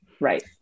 Right